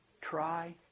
try